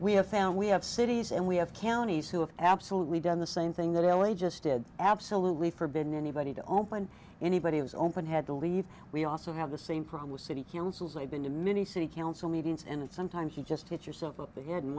we have found we have cities and we have counties who have absolutely done the same thing the religious did absolutely forbidden anybody to open anybody who's open had to leave we also have the same problem with city councils i've been to many city council meetings and sometimes you just get yourself up